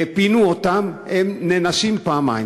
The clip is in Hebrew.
פינו אותם והם נענשים פעמיים.